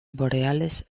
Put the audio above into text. boreales